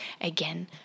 again